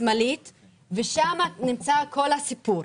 השמאלית נמצא כל הסיפור.